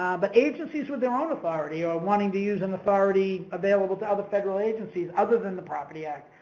ah but agencies with their own authority are wanting to use an authority available to other federal agencies other than the property act.